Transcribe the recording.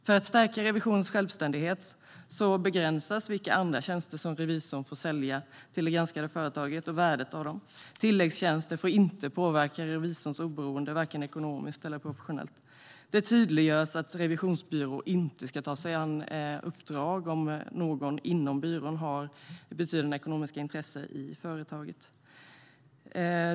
För att stärka revisionens självständighet begränsas andra tjänster som revisorn får sälja till det granskade företaget och värdet av dem. Tilläggstjänster får inte påverka revisorns oberoende, vare sig ekonomiskt eller professionellt. Det tydliggörs att en revisionsbyrå inte ska ta sig an uppdrag om någon inom byrån har betydande ekonomiska intressen i företaget.